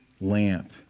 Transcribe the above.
lamp